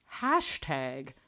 hashtag